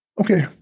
Okay